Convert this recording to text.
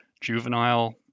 juvenile